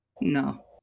no